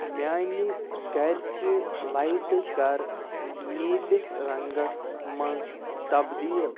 میانہِ گرچہِ لایٹہٕ کر نیلِس رنگس منٛز تبدیل